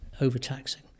overtaxing